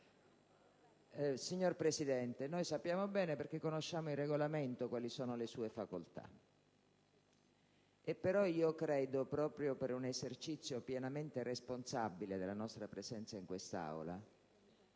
Signor Presidente, noi sappiamo bene, perché conosciamo il Regolamento, quali sono le sue facoltà; però credo che, proprio per un esercizio pienamente responsabile della nostra presenza in quest'Aula